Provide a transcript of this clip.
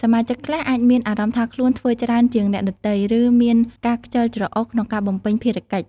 សមាជិកខ្លះអាចមានអារម្មណ៍ថាខ្លួនធ្វើច្រើនជាងអ្នកដទៃ ឬមានការខ្ជិលច្រអូសក្នុងការបំពេញភារកិច្ច។